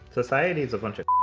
society is a bunch of